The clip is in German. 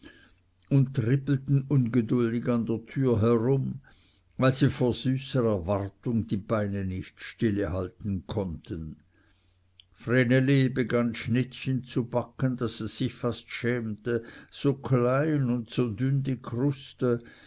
und trippelten ungeduldig an der tür herum weil sie vor süßer erwartung die beine nicht stillehalten konnten vreneli begann schnittchen zu backen daß es sich fast schämte so klein und so dünn die kruste